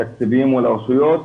התקציבים מול הרשויות,